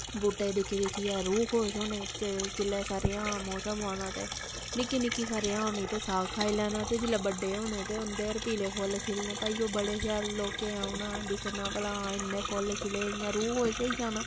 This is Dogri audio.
बूह्टे गी दिक्खी दिक्खियै रूह् खुश होने जिल्ल जिल्लै स'रेआं मौसम औना ते निक्की निक्की स'रेआं होनी ते साग खाई लैना ते जिल्लै बड्डे होने ते उं'दे पर पीले फुल्ल खिलने भाई ओह् बड़े शैल लोकें औना दिक्खना भला हां इन्ने फुल्ल खिले इ'यां रूह् खुश होई जाना